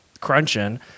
crunching